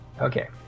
Okay